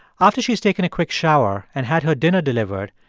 after she's taken a quick shower and had her dinner delivered,